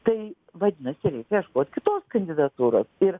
tai vadinasi reikia ieškot kitos kandidatūros ir